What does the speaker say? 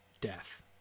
death